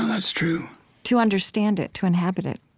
that's true to understand it, to inhabit it